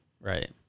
right